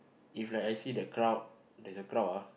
if like I see that crowd there's a crowd ah